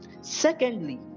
Secondly